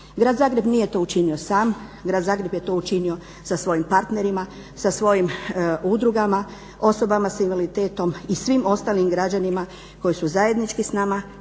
Grad Zagreb nije to učinio sam, Grad Zagreb je to učinio sa svojim partnerima, sa svojim udrugama, osobama s invaliditetom i svim ostalim građanima koji su zajednički s nama